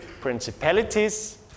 principalities